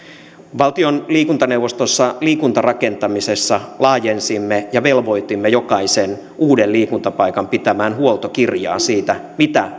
valtion liikuntaneuvostossa liikuntarakentamisessa laajensimme ja velvoitimme jokaisen uuden liikuntapaikan pitämään huoltokirjaa siitä mitä